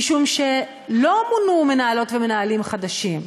משום שלא מונו מנהלות ומנהלים חדשים,